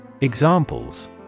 Examples